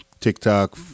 TikTok